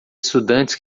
estudantes